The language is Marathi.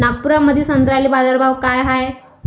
नागपुरामंदी संत्र्याले बाजारभाव काय हाय?